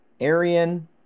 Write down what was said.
Arian